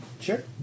Sure